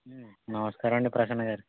నమస్కారం అండి ప్రసన్న గారు